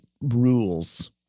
rules